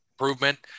improvement